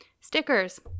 Stickers